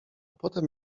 potem